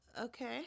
Okay